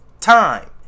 time